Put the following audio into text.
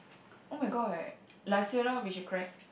oh-my-god last year lor which you cried